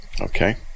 Okay